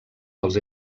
dels